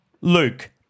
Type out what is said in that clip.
Luke